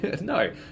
No